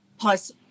plus